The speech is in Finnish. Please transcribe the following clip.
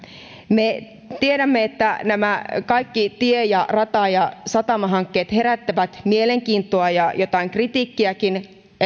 me tiedämme että nämä kaikki tie rata ja satamahankkeet herättävät mielenkiintoa ja jotain kritiikkiäkin